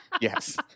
yes